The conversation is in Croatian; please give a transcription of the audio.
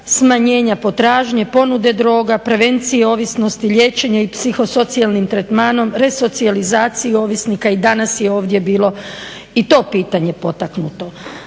svega potražnje, ponude droga, prevencije ovisnosti, liječenja i psihosocijalnim tretmanom resocijalizacije ovisnika. I danas je ovdje bilo i to pitanje potaknuto.